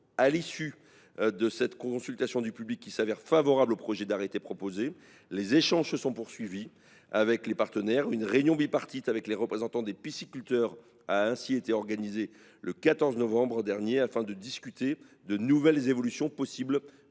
À l’issue de cette consultation du public, qui s’est révélée favorable au projet d’arrêté proposé, les échanges se sont poursuivis avec les partenaires. Une réunion bipartite avec les représentants des pisciculteurs a ainsi été organisée le 14 novembre dernier afin de discuter de nouvelles évolutions possibles du texte.